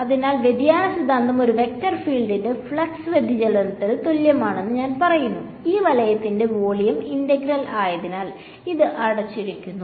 അതിനാൽ വ്യതിയാന സിദ്ധാന്തം ഒരു വെക്റ്റർ ഫീൽഡിന്റെ ഫ്ലക്സ് വ്യതിചലനത്തിന് തുല്യമാണെന്ന് ഞാൻ പറയുന്നു ഈ വലത്തിന്റെ വോളിയം ഇന്റഗ്രൽ ആയതിനാൽ ഇത് അടച്ചിരിക്കുന്നു